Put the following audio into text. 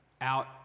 out